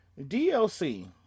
DLC